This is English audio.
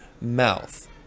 mouth